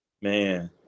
Man